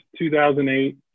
2008